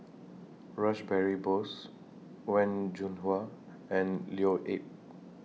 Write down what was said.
Rash Behari Bose Wen Jinhua and Leo Yip